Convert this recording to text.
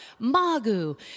magu